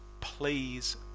please